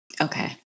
Okay